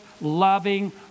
loving